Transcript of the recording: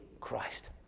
Christ